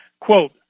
quote